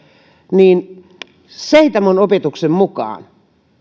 niin seitamon opetuksen mukaan